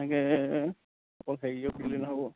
এনেকে অকল হেৰিওক দিলে নহ'ব